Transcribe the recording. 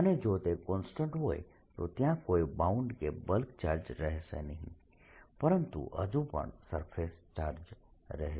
અને જો તે કોન્સ્ટન્ટ હોય તો ત્યાં કોઈ બાઉન્ડ કે બલ્ક ચાર્જ રહેશે નહીં પરંતુ હજુ પણ સરફેસ ચાર્જ રહેશે